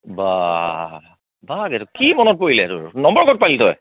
বা কি মনত পৰিলে তোৰ নম্বৰ ক'ত পালি তই